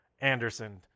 Anderson